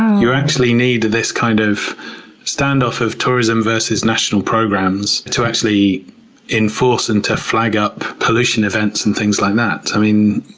you actually need this kind of standoff of tourism versus national programs to actually enforce and to flag up pollution events and things like that. i mean,